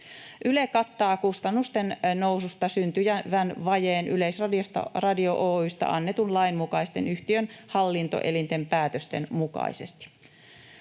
Yle kattaa kustannusten noususta syntyvän vajeen Yleisradio Oy:stä annetun lain mukaisten yhtiön hallintoelinten päätösten mukaisesti.